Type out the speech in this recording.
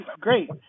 great